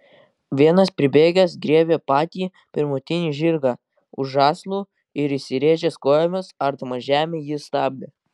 vienas pribėgęs griebė patį pirmutinį žirgą už žąslų ir įsiręžęs kojomis ardamas žemę jį stabdė